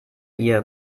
ihr